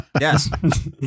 Yes